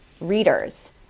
readers